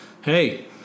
hey